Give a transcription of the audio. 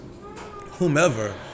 whomever